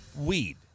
Weed